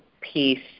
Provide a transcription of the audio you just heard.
piece